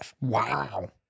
Wow